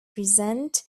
present